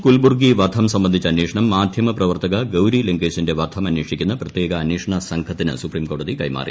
കൽബുർഗി വയ്ക് സംബന്ധിച്ച അന്വേഷണം മാധ്യമപ്രവർത്തക ഗൌരീ ല്ങ്കേഷിന്റെ വധമന്വേഷിക്കുന്ന പ്രത്യേക അന്വേഷണ സംഘത്തിന് സുപ്രീംകോടതി കൈമാറി